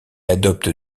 adopte